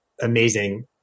amazing